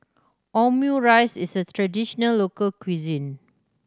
omurice is a traditional local cuisine